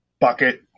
bucket